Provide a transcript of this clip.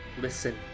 Listen